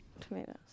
tomatoes